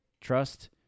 Trust